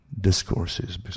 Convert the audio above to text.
discourses